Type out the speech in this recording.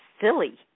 silly